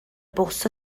bws